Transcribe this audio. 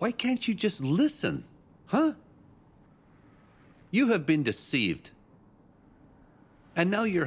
why can't you just listen you have been deceived and know you're